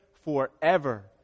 forever